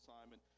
Simon